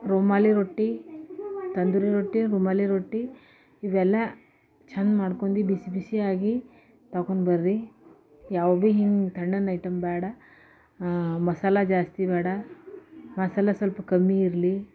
ರುಮಾಲಿ ರೊಟ್ಟಿ ತಂದೂರಿ ರೊಟ್ಟಿ ರುಮಾಲಿ ರೊಟ್ಟಿ ಇವೆಲ್ಲ ಚಂದ ಮಾಡ್ಕೊಂಡು ಬಿಸಿ ಬಿಸಿಯಾಗಿ ತೊಕೊಂಬರ್ರೀ ಯಾವ ಭೀ ಹಿಂಗೆ ತಣ್ಣನೆ ಐಟಮ್ ಬ್ಯಾಡ ಮಸಾಲೆ ಜಾಸ್ತಿ ಬ್ಯಾಡ ಮಸಾಲೆ ಸ್ವಲ್ಪ ಕಮ್ಮಿ ಇರಲಿ